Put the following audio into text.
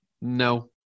No